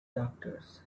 doctors